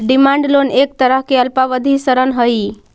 demand loan एक तरह के अल्पावधि ऋण हइ